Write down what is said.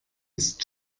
ist